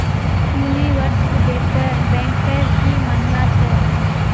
universal banker की मानना छ